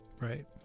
right